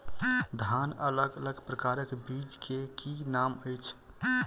धान अलग अलग प्रकारक बीज केँ की नाम अछि?